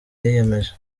yiyemeje